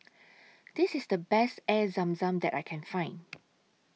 This IS The Best Air Zam Zam that I Can Find